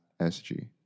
sg